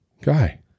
guy